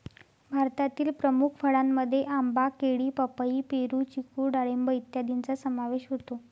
भारतातील प्रमुख फळांमध्ये आंबा, केळी, पपई, पेरू, चिकू डाळिंब इत्यादींचा समावेश होतो